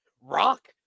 rock